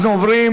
אנחנו עוברים